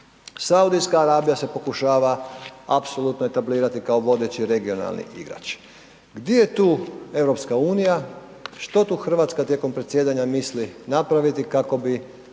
Saudijska Arabija se pokušava apsolutno etablirati kao vodeći regionalni igrač. Gdje je tu EU, što tu Hrvatska tijekom predsjedanja mislim napraviti kako bi